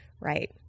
right